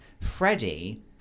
Freddie